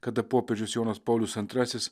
kada popiežius jonas paulius antrasis